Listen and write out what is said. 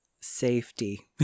safety